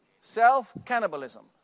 Self-cannibalism